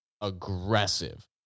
aggressive